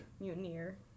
mutineer